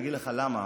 ואני אגיד לך למה,